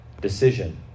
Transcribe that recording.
decision